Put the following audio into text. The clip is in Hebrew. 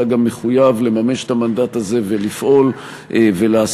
אתה גם מחויב לממש את המנדט הזה ולפעול ולעשות,